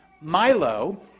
Milo